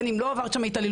בין אם לא עברת שם התעללות.